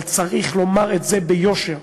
אבל צריך לומר את זה ביושר: